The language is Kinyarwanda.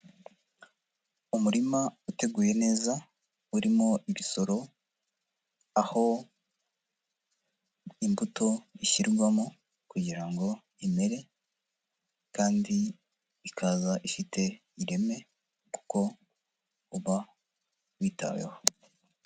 Umurima uteguye neza urimo ibisoro, aho imbuto ishyirwamo kugira imere kandi ikaza ifite ireme kuko uba witaweho.